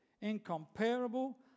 incomparable